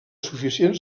suficient